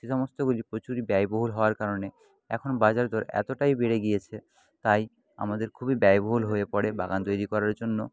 সেই সমস্তগুলি প্রচুরই ব্যয় বহুল হওয়ার কারণে এখন বাজারদর এতটাই বেড়ে গিয়েছে তাই আমাদের খুবই ব্যয়বহুল হয়ে পড়ে বাগান তৈরি করার জন্য